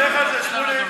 תלך על זה, שמולי.